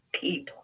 people